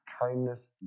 kindness